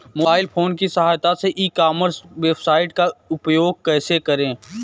Mobile phone की सहायता से ई कॉमर्स वेबसाइट का उपयोग कैसे करें?